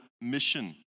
mission